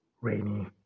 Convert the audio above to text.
rainy